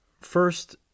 first